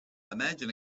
imagine